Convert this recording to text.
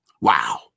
Wow